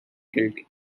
guilty